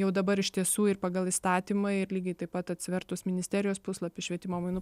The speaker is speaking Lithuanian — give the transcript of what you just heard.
jau dabar iš tiesų ir pagal įstatymą ir lygiai taip pat atsivertus ministerijos puslapį švietimo mainų